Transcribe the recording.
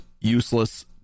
useless